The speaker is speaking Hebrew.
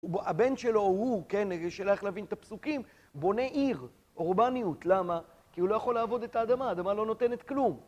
הבן שלו הוא, כן, השאלה איך להבין את הפסוקים, בונה עיר, אורבניות. למה? כי הוא לא יכול לעבוד את האדמה, האדמה לא נותנת כלום.